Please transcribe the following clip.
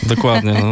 Dokładnie